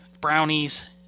Brownies